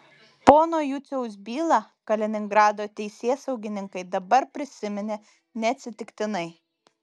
pono juciaus bylą kaliningrado teisėsaugininkai dabar prisiminė neatsitiktinai